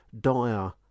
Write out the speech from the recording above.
dire